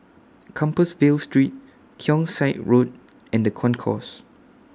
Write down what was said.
Compassvale Street Keong Saik Road and The Concourse